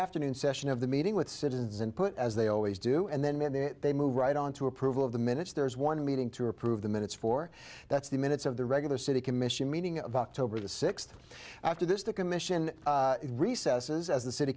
afternoon session of the meeting with citizens and put as they always do and then when they move right on to approval of the minutes there's one meeting to approve the minutes for that's the minutes of the regular city commission meeting of october the sixth after this the commission recesses as the city